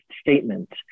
statement